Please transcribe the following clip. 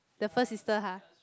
the first sister [huh]